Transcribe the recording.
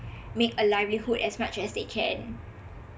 make a livelihood as much as they can